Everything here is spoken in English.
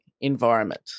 environment